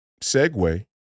segue